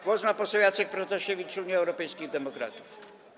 Głos ma poseł Jacek Protasiewicz, Unia Europejskich Demokratów.